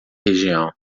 região